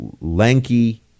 lanky